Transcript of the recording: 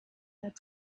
that